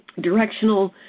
directional